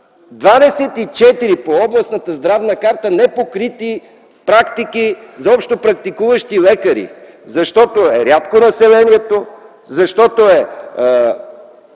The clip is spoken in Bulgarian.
24 по областната здравна карта непокрити практики за общопрактикуващи лекари, защото населението е